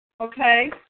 Okay